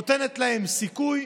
נותנת להם סיכוי,